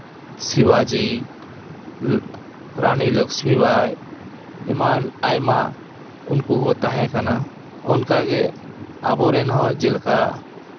ᱥᱤᱵᱟᱡᱤ ᱨᱟᱹᱱᱤ ᱞᱚᱠᱥᱢᱤᱵᱟᱭ ᱮᱢᱟᱱ ᱟᱭᱢᱟ ᱩᱱᱠᱩ ᱠᱚ ᱛᱟᱦᱮᱸ ᱠᱟᱱᱟ ᱚᱱᱠᱟᱜᱮ ᱟᱵᱚ ᱨᱮᱱ ᱦᱚᱸ ᱡᱮᱞᱮᱠᱟ